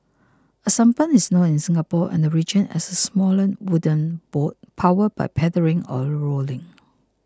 a sampan is known in Singapore and region as a smaller wooden boat powered by paddling or rowing